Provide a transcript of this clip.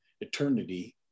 eternity